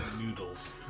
noodles